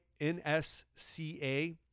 NSCA